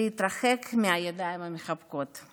להתרחק מהידיים המחבקות.